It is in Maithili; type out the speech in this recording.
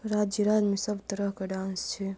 राज्य राज्यमे सब तरहके डान्स छै